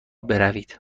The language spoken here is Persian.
بروید